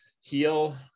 heal